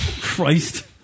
Christ